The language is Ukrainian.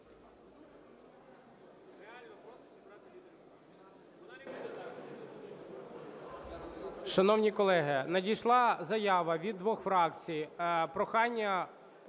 Шановні колеги, надійшла заява від двох фракцій